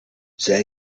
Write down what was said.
zij